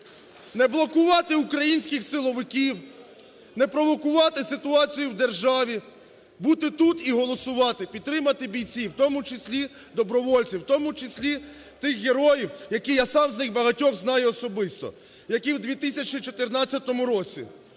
не блокувати українських силовиків, не провокувати ситуацію в державі, бути тут і голосувати, підтримати бійців, в тому числі добровольців, в тому числі тих героїв, яких я сам, з них багатьох, знаю особисто. Які в 2014 році,